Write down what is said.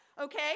Okay